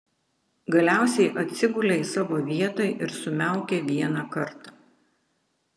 galiausiai atsigulė į savo vietą ir sumiaukė vieną kartą